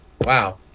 wow